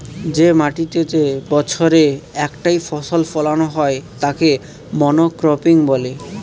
যে মাটিতেতে বছরে একটাই ফসল ফোলানো হয় তাকে মনোক্রপিং বলে